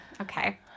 Okay